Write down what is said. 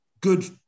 Good